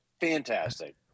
fantastic